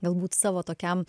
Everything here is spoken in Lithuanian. galbūt savo tokiam